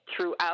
throughout